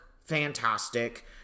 fantastic